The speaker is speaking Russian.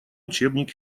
учебник